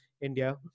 India